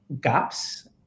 gaps